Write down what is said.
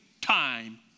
time